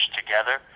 together